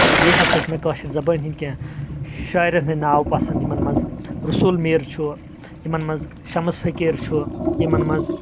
تہٕ بییٚہِ ہسا چھِ مےٚ کٲشِر زبٲنۍ ہنٛدۍ کینٛہہ شٲعرن ہنٛدۍ ناو پسنٛد یِمن منٛز رُسُل میٖر چھُ یِمن منٛز شمس فقیٖر چھُ یِمن منٛز